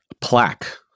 plaque